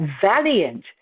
valiant